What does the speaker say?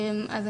אפילו יותר.